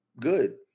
good